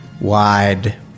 wide